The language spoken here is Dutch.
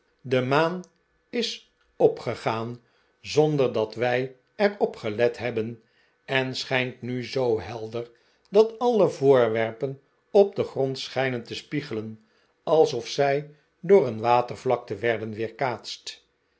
de maan is opgegaan zonder dat wij er op gelet hebben en schijnt nu zoo helder dat alle voorwerpen op den grond schijnen te spiegelen alsof zij door een watervlakte werden weerkaatst